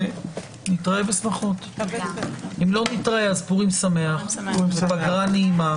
ונתראה בשמחות ואם לא נתראה אז פורים שמח ופגרה נעימה.